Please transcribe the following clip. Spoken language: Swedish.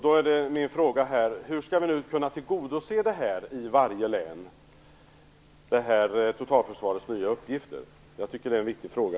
Då är min fråga: Hur skall totalförsvarets nya uppgifter kunna tillgodoses i varje län? Jag tycker att det är en viktig fråga.